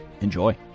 Enjoy